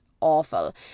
awful